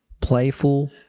playful